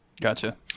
Gotcha